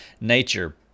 nature